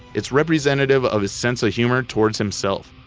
it's representative of his sense of humor towards himself,